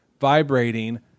vibrating